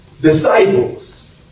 Disciples